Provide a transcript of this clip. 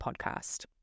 Podcast